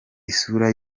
isura